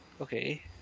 okay